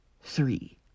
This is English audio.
three